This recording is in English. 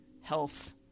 health